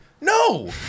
No